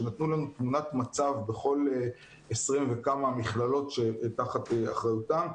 שנתנו לנו תמונת מצב בכל 20 וכמה המכללות שתחת אחריותם,